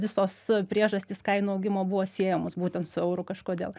visos priežastys kainų augimo buvo siejamos būtent su euru kažkodėl